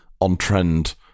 on-trend